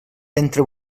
ventre